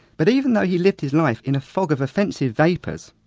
but even though he lived his life in a fog of offensive vapours,